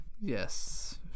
Yes